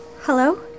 hello